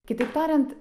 kitaip tariant